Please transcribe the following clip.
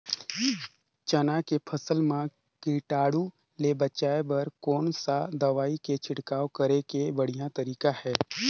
चाना के फसल मा कीटाणु ले बचाय बर कोन सा दवाई के छिड़काव करे के बढ़िया तरीका हे?